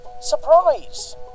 Surprise